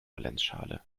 valenzschale